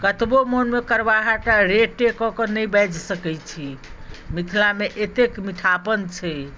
कतबो मोन मे कड़वाहट अछि रे टे कऽ कऽ नहि बाजि सकै छी मिथिला मे एतेक मिठापन छै